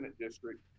District